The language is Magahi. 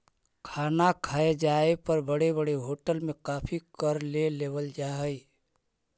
खाना खाए जाए पर बड़े बड़े होटल में काफी कर ले लेवल जा हइ